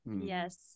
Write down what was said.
Yes